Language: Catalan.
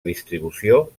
distribució